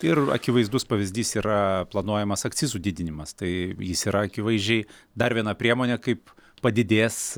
tai ir akivaizdus pavyzdys yra planuojamas akcizų didinimas tai jis yra akivaizdžiai dar viena priemonė kaip padidės